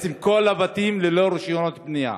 בעצם כל הבתים ללא רישיונות בנייה.